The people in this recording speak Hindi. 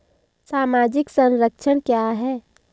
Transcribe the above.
सामाजिक संरक्षण क्या है?